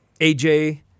aj